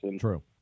True